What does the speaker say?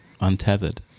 untethered